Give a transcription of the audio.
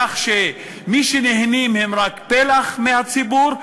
כך שמי שנהנה זה רק פלח מהציבור,